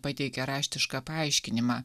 pateikė raštišką paaiškinimą